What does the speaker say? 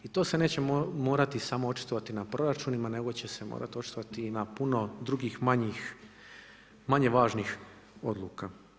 I to se neće morati samo očitovati na proračunima nego će se morati očitovati i na puno drugih, manje važnih odluka.